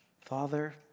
Father